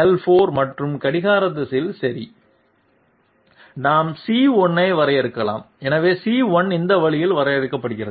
14 மற்றும் கடிகார திசையில் சரியா நாம் c1 ஐ வரையறுக்கலாம் எனவே c1 இந்த வழியில் வரையறுக்கப்படுகிறது